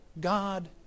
God